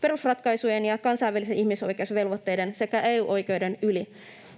perusratkaisujen ja kansainvälisten ihmisoikeusvelvoitteiden sekä EU-oikeuden yli.